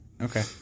Okay